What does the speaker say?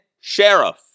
Sheriff